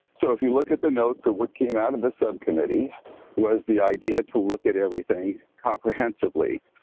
so if you look at the notes at what came out of the subcommittee was the idea to look at everything, comprehensively.